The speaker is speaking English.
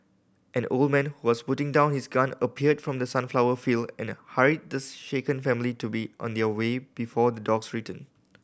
an old man who was putting down his gun appeared from the sunflower field and hurried the shaken family to be on their way before the dogs return